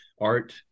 art